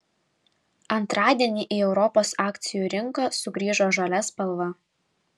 antradienį į europos akcijų rinką sugrįžo žalia spalva